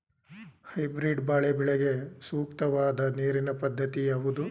Hybrid ಬಾಳೆ ಬೆಳೆಗೆ ಸೂಕ್ತವಾದ ನೀರಿನ ಪದ್ಧತಿ ಯಾವುದು?